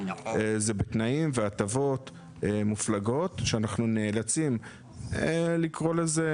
זה בתנאים והטבות מופלגות שאנחנו נאלצים לקרוא לזה